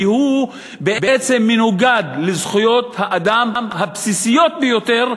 כי הוא בעצם מנוגד לזכויות האדם הבסיסיות ביותר.